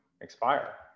expire